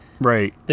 Right